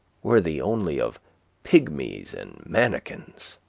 worthy only of pygmies and manikins.